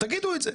תגידו את זה.